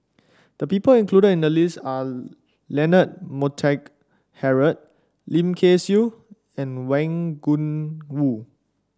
the people included in the list are Leonard Montague Harrod Lim Kay Siu and Wang Gungwu